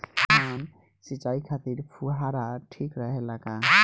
धान सिंचाई खातिर फुहारा ठीक रहे ला का?